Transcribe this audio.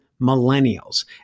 millennials